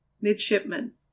midshipman